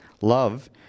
Love